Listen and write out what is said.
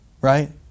right